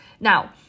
Now